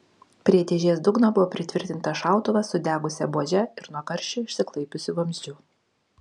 prie dėžės dugno buvo pritvirtintas šautuvas sudegusia buože ir nuo karščio išsiklaipiusiu vamzdžiu